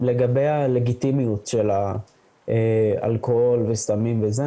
לגבי הלגיטימיות של אלכוהול וסמים וזה,